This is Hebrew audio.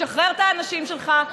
תשחרר את האנשים שלך.